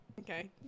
Okay